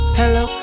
hello